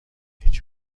هیچ